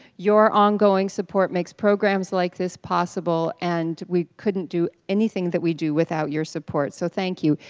your ongoing support makes programs like this possible and we couldn't do anything that we do without your support, so thank you.